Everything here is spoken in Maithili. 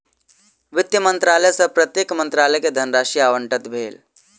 वित्त मंत्रालय सॅ प्रत्येक मंत्रालय के धनराशि आवंटित भेल